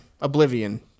Oblivion